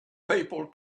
people